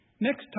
Next